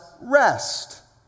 rest